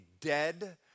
dead